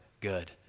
good